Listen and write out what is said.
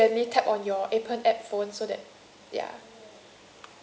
ah just tap on your appen app phone so that ya